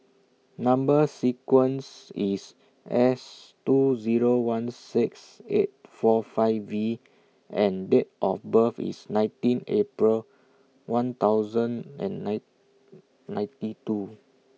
Number sequence IS S two Zero one six eight four five V and Date of birth IS nineteen April one thousand and nine ninety two